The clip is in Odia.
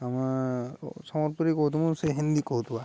ଆମେ ସମ୍ବଲପୁରୀ କହୁଥିବୁ ସେ ହିନ୍ଦୀ କହୁଥିବା